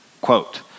Quote